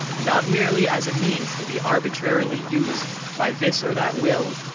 not merely as a means to be arbitrarily used by this or that will,